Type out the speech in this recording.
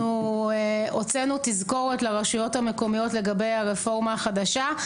אנחנו הוצאנו תזכורת לרשויות המקומיות לגבי הרפורמה החדשה,